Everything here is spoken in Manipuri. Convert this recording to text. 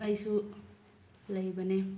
ꯑꯩꯁꯨ ꯂꯩꯕꯅꯤ